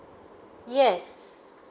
yes